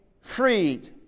freed